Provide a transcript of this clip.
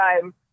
time